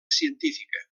científica